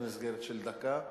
במסגרת של דקה.